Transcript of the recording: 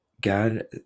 God